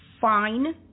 fine